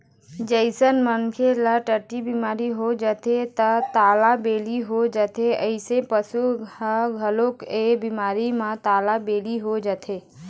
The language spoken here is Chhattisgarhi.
जइसे मनखे ल टट्टी बिमारी हो जाथे त तालाबेली हो जाथे अइसने पशु ह घलोक ए बिमारी म तालाबेली हो जाथे